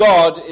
God